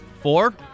Four